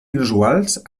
inusuals